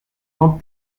not